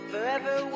Forever